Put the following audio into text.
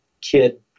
kid